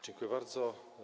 Dziękuję bardzo.